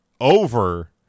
over